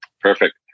Perfect